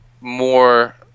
more